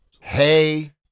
Hey